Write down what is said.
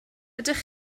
ydych